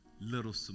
Little